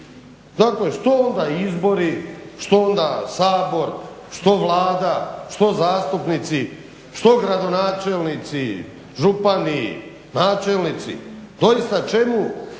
tržište. Što onda izbori, što onda Sabor, što Vlada, što zastupnici, što gradonačelnici, župani, načelnici, doista čemu